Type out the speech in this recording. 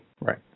Right